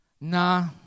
Nah